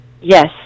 Yes